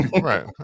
Right